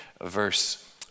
verse